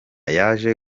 yaje